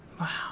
wow